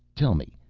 tell me,